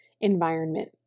environment